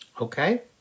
Okay